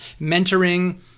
mentoring